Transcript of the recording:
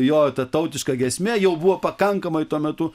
jo ta tautiška giesmė jau buvo pakankamai tuo metu